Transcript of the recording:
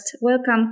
Welcome